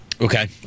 Okay